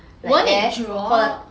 won't it drop